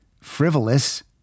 frivolous